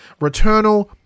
Returnal